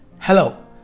Hello